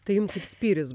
tai jums spyris